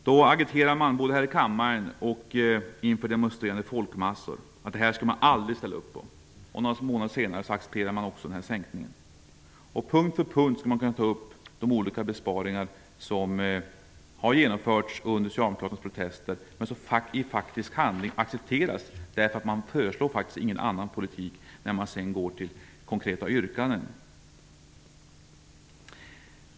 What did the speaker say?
Då agiterade Socialdemokraterna både här i kammaren och inför demonstrerande folkmassor att detta skulle man aldrig ställa upp på. Några månader senare accepteras sänkningen. På punkt efter punkt skulle jag kunna räkna upp de olika besparingar som har genomförts under Socialdemokraternas protester men som i faktisk handling accepteras. Man föreslår faktiskt ingen annan politik i de konkreta yrkandena.